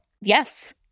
Yes